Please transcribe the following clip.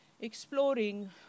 exploring